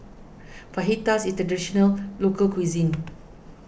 Fajitas is a Traditional Local Cuisine